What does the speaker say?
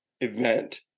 event